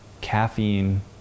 caffeine